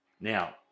Now